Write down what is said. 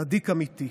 צדיק אמיתי.